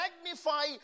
magnify